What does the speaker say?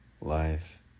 life